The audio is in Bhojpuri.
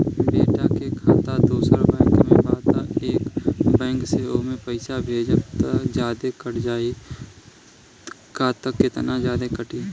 बेटा के खाता दोसर बैंक में बा त ए बैंक से ओमे पैसा भेजम त जादे कट जायी का त केतना जादे कटी?